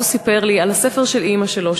אז הוא סיפר לי על הספר של אימא שלו,